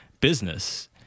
business